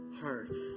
hearts